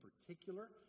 particular